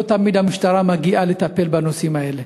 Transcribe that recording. לא תמיד המשטרה מגיעה לטפל בנושאים האלה.